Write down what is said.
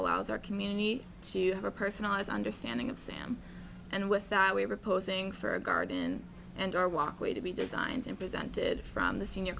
allows our community to have a personalized understanding of sam and with that we were posing for a garden and our walkway to be designed and presented from the senior